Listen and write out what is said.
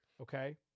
Okay